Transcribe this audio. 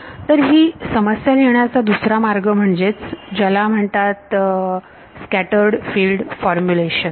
तर ही समस्या लिहिण्याचा दुसरा मार्ग म्हणजेच ज्याला म्हणतात स्कॅटर्ड फिल्ड फॉर्मुलेशन